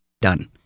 done